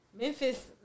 Memphis